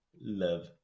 love